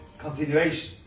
continuation